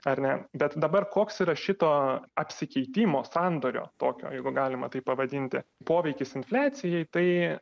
ar ne bet dabar koks yra šito apsikeitimo sandorio tokio jeigu galima taip pavadinti poveikis infliacijai tai